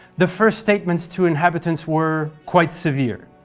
the first statements to inhabitants were quite severe.